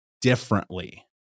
differently